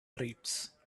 treats